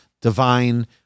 divine